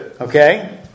Okay